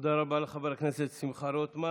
תודה רבה לחבר הכנסת שמחה רוטמן.